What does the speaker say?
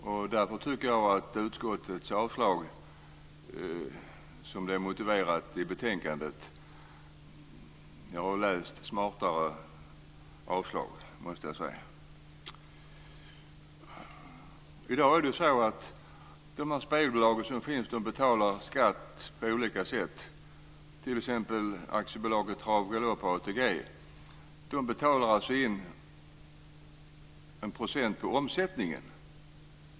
Jag har läst smartare förslag till avslag än utskottets förslag till avslag, som det är motiverat i betänkandet. De spelbolag som finns betalar skatt på olika sätt. Aktiebolaget Trav och Galopp, ATG, betalar in en procent på omsättningen.